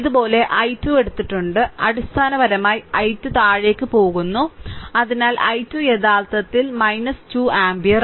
ഇതുപോലെ i2 എടുത്തിട്ടുണ്ട്അടിസ്ഥാനപരമായി i2 താഴേക്ക് പോകുന്നു അതിനാൽ i2 യഥാർത്ഥത്തിൽ 2 ആമ്പിയർ